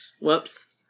Whoops